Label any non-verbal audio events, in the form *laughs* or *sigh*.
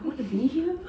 *laughs*